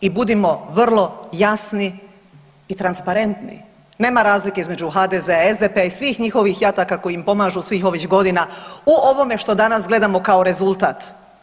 I budimo vrlo jasni i transparentni, nema razlike između HDZ-a, SDP-a i svih njihovih jataka koji im pomažu svih ovih godina u ovome što danas gledamo kao rezultat.